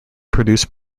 produce